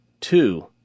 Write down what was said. Two